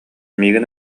миигин